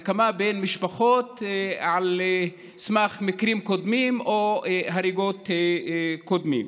נקמה בין משפחות על סמך מקרים קודמים או הריגות קודמות,